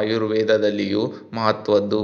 ಆಯುರ್ವೇದದಲ್ಲಿಯೂ ಮಹತ್ವದ್ದು